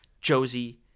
Josie